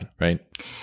right